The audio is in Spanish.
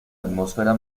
atmósfera